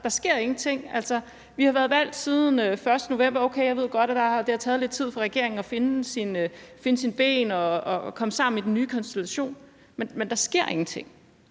ikke sker noget. Altså, vi har været valgt siden den 1. november, og jeg ved godt, at det har taget lidt tid for regeringen at finde sine ben og finde sammen i den nye konstellation, men der sker ingenting.